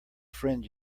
friend